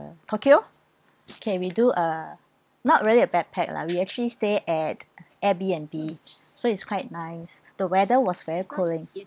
tokyo okay we do uh not really a backpack lah we actually stay at AirB_N_B so it's quite nice the weather was very cooling